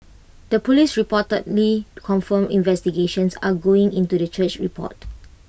the Police reportedly confirmed investigations are ongoing into the church's report